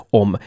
om